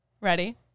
Ready